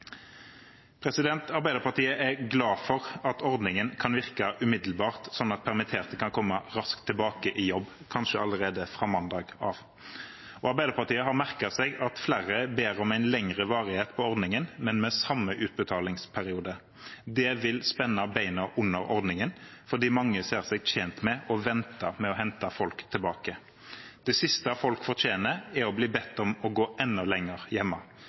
Arbeiderpartiet er glad for at ordningen kan virke umiddelbart, slik at permitterte kan komme raskt tilbake i jobb, kanskje allerede fra mandag av. Arbeiderpartiet har merket seg at flere ber om en lengre varighet på ordningen, men med samme utbetalingsperiode. Det vil spenne beina under ordningen fordi mange ser seg tjent med å vente med å hente folk tilbake. Det siste folk fortjener, er å bli bedt om å gå enda lenger hjemme